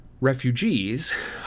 refugees